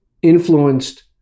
influenced